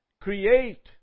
create